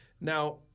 Now